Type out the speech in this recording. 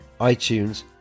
iTunes